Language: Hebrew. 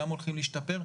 גם הולכים להשתפר.